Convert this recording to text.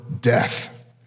death